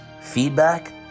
feedback